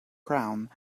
crown